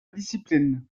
discipline